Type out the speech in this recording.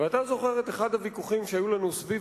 ואתה זוכר את אחד הוויכוחים שהיו לנו סביב